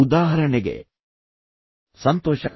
ಉದಾಹರಣೆಗೆ ಸಂತೋಷ